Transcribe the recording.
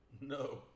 No